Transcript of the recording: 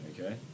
okay